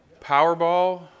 Powerball